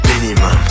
Minimum